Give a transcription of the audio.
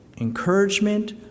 encouragement